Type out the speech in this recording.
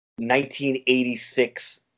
1986